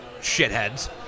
shitheads